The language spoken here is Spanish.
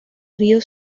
río